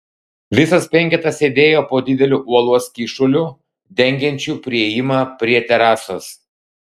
visas penketas sėdėjo po dideliu uolos kyšuliu dengiančiu priėjimą prie terasos